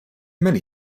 many